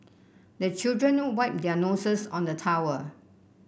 the children wipe their noses on the towel